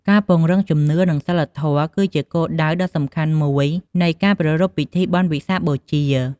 ការពង្រឹងជំនឿ និងសីលធម៌ គឺជាគោលដៅដ៏សំខាន់មួយនៃការប្រារព្ធពិធីបុណ្យវិសាខបូជា។